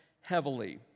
heavily